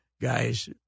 guys